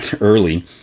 early